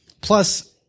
Plus